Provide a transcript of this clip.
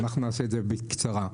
נעשה את זה בקצרה.